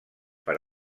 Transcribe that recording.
per